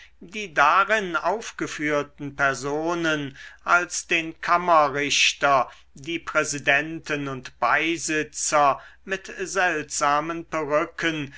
die darin aufgeführten personen als den kammerrichter die präsidenten und beisitzer mit seltsamen perücken